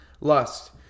lust